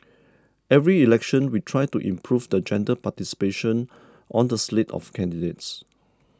every election we try to improve the gender participation on the slate of candidates